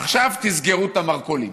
עכשיו תסגרו את המרכולים.